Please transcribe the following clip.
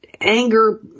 anger